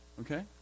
okay